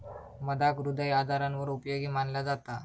मधाक हृदय आजारांवर उपयोगी मनाला जाता